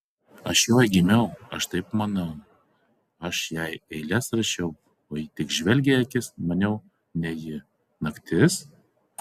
aš joj gimiau aš taip manau aš jai eiles rašiau o ji tik žvelgė į akis maniau ne ji naktis